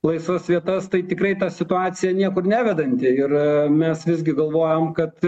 laisvas vietas tai tikrai ta situacija niekur nevedanti ir mes visgi galvojam kad